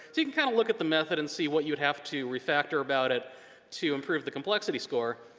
you can kind of look at the method and see what you would have to refactor about it to improve the complexity score.